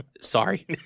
Sorry